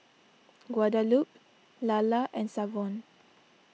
Guadalupe Lalla and Savon